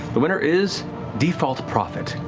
the winner is default prophet.